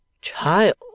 Child